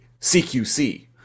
CQC